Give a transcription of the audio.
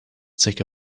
take